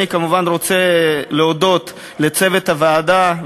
אני כמובן רוצה להודות לצוות הוועדה,